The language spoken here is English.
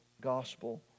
gospel